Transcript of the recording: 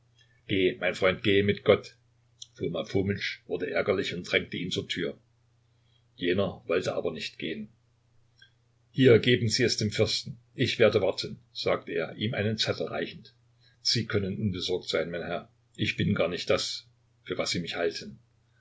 mein freund geh mit gott foma fomitsch wurde ärgerlich und drängte ihn zur tür jener wollte aber nicht gehen hier geben sie es dem fürsten ich werde warten sagte er ihm einen zettel reichend sie können unbesorgt sein mein herr ich bin gar nicht das für was sie mich halten